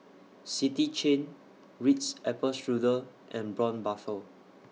City Chain Ritz Apple Strudel and Braun Buffel